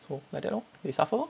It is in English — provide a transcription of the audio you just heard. so like that lor they suffer lor